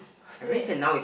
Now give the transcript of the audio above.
stupid